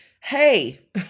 hey